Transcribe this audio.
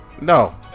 no